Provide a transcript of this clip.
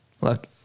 look